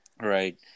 Right